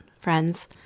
friends